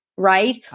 Right